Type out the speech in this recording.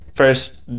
first